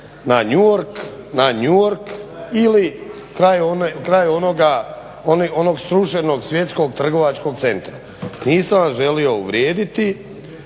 na New York ili kraj onog srušenog svjetskog trgovačkog centra. Nisam vas želio uvrijediti,